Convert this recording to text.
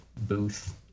booth